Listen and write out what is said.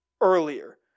earlier